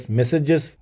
messages